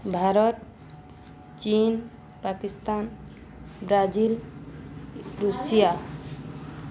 ଭାରତ ଚୀନ Pakistan Brazil Russia